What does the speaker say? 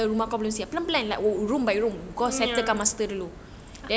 mm ya